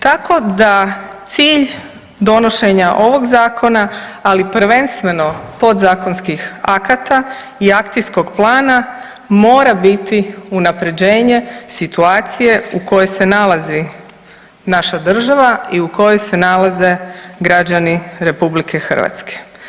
Tako da cilj donošenja ovog zakona, ali prvenstveno podzakonskih akata i akcijskog plana mora biti unaprjeđenje situacije u kojoj se nalazi naša država i u kojoj se nalaze građani RH.